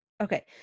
Okay